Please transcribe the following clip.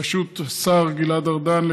בראשות השר גלעד ארדן,